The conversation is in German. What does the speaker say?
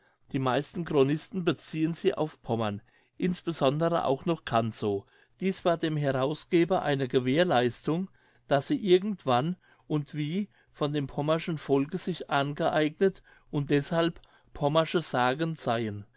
die meisten chronisten beziehen sie auf pommern insbesondere auch noch kantzow dies war dem herausgeber eine gewährleistung daß sie irgend wann und wie von dem pommerschen volke sich angeeignet und deshalb pommersche sagen seyen